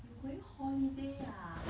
you going holiday ah